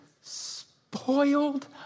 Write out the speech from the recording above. spoiled